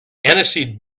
aniseed